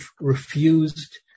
refused